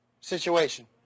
Situation